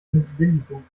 missbilligung